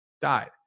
died